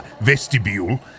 vestibule